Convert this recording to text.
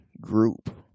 group